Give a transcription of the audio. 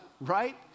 right